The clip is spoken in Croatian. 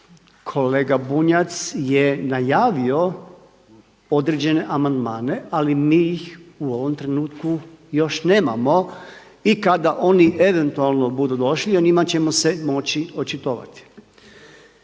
Kolega Bunjac je najavio određene amandmane ali mi ih u ovom trenutku još nemamo i kada oni eventualno budu došli o njima ćemo se moći očitovati.